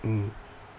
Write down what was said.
mm